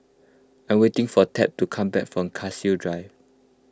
I waiting for Tab to come back from Cassia Drive